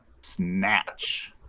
Snatch